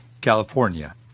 California